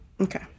Okay